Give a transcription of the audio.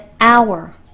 hour